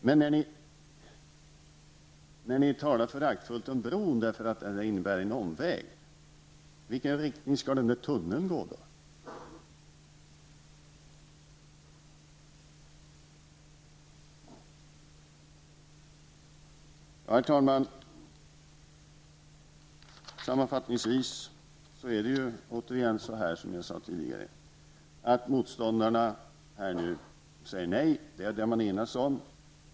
Men när ni talar föraktfullt om bron därför att den innebär en omväg vill jag fråga: Var skall då den där tunneln gå? Herr talman! Sammanfattningsvis är det, som jag tidigare sade, så att motståndarna säger nej -- det har man enats om.